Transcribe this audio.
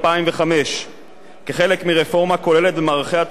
כחלק מרפורמה כוללת במערכי התחבורה הציבורית בישראל.